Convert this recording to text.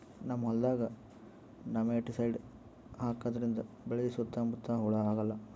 ನಮ್ಮ್ ಹೊಲ್ದಾಗ್ ನೆಮಟಿಸೈಡ್ ಹಾಕದ್ರಿಂದ್ ಬೆಳಿ ಸುತ್ತಾ ಮುತ್ತಾ ಹುಳಾ ಆಗಲ್ಲ